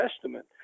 Testament